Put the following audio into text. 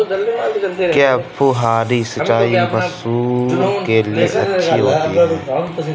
क्या फुहारी सिंचाई मसूर के लिए अच्छी होती है?